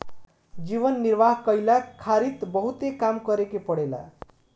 जीवन निर्वाह कईला खारित बहुते काम करे के पड़ेला